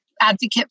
advocate